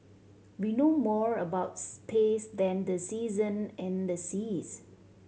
we know more about space than the season and the seas